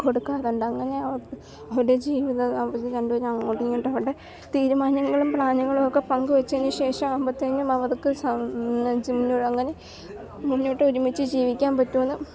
കൊടുക്കാറുണ്ട് അങ്ങനെ അവർ അവരുടെ ജീവിതം അവർ രണ്ടുപേരും അങ്ങോട്ടും ഇങ്ങോട്ടും കൊണ്ട് തീരുമാനങ്ങളും പ്ലാനുകളു ഒക്കെ പങ്കുവച്ചതിനു ശേഷം ആകുമ്പോഴത്തേക്കും അവർക്ക് അങ്ങനെ മുന്നോട്ട് ഒരുമിച്ച് ജീവിക്കാൻ പറ്റുമോ എന്ന്